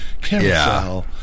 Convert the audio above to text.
Carousel